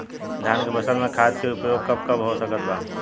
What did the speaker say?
धान के फसल में खाद के उपयोग कब कब हो सकत बा?